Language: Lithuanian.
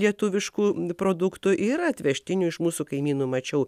lietuviškų produktų yra atvežtinių iš mūsų kaimynų mačiau